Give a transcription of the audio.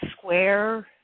square